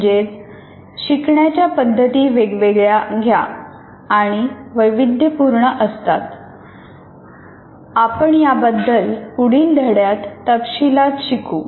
म्हणजेच शिकण्याच्या पद्धती वेगवेगळ्या घ्या आणि वैविध्यपूर्ण असतात आपण याबद्दल पुढील धड्यात तपशिलात शिकू